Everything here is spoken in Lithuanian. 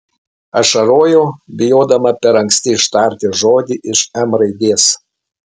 ašarojau bijodama per anksti ištarti žodį iš m raidės